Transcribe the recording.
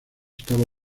estaba